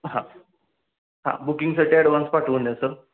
हां हां बुकिंगसाठी ॲडव्हान्स पाठवून द्या सर